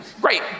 great